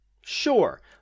Sure